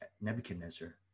Nebuchadnezzar